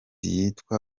yitwa